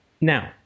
Now